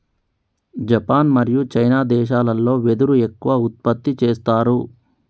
Japan మరియు China దేశాలల్లో వెదురు ఎక్కువ ఉత్పత్తి చేస్తారు